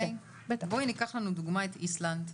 בואי ניקח לנו דוגמה את איסלנד,